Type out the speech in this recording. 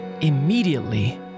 immediately